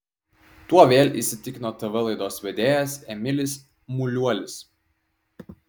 tuo vėl įsitikino tv laidos vedėjas emilis muliuolis